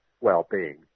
well-being